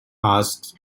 asks